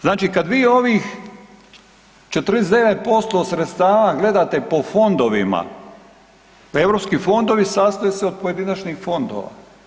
Znači kad vi ovih 49% sredstava gledate po fondovima, a europski fondovi sastoje se od pojedinačnih fondova.